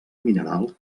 mineral